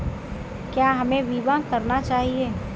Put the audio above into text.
क्या हमें बीमा करना चाहिए?